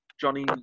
Johnny